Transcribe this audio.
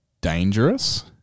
dangerous